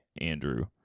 Andrew